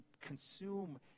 consume